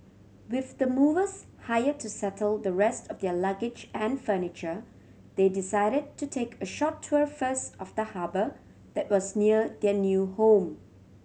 with the movers hired to settle the rest of their luggage and furniture they decided to take a short tour first of the harbour that was near their new home